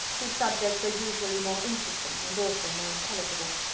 whose subjects were usually more interesting, and also more intelligible.